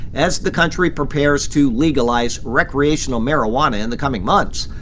as the country prepares to legalize recreational marijuana in the coming months.